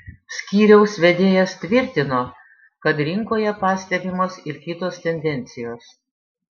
skyriaus vedėjas tvirtino kad rinkoje pastebimos ir kitos tendencijos